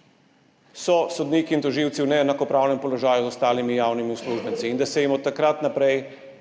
– sodniki in tožilci v neenakopravnem položaju z drugimi javnimi uslužbenci in da od takrat naprej